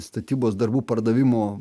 statybos darbų pardavimo